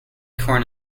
corn